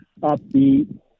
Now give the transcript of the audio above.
upbeat